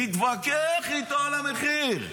מתווכח איתו על המחיר.